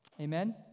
Amen